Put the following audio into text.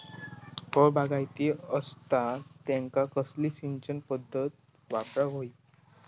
फळबागायती असता त्यांका कसली सिंचन पदधत वापराक होई?